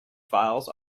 files